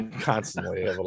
constantly